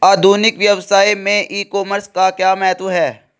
आधुनिक व्यवसाय में ई कॉमर्स का क्या महत्व है?